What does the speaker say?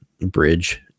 bridge